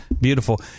beautiful